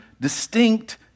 distinct